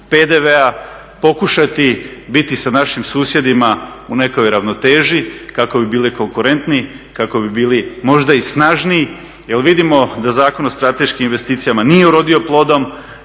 PDV-a, pokušati biti sa našim susjedima u nekoj ravnoteži kako bi bili konkurentniji, kako bi bili možda i snažniji jer vidimo da zakon o strateškim investicijama nije urodio plodom,